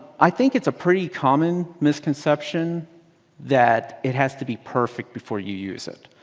i think it's a pretty common misconception that it has to be perfect before you use it.